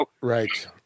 right